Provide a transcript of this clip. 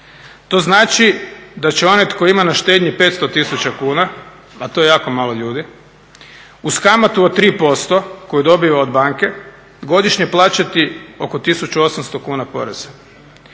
To znači da će onaj tko ima na štednji 500 tisuća kuna, a to je jako malo ljudi uz kamatu od 3% koju dobiva od banke, godišnje plaćati oko 1800kn poreza.